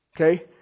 Okay